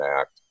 Act